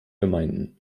gemeinden